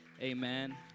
Amen